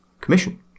commission